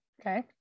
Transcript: okay